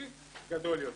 חינוכי גדול יותר.